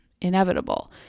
inevitable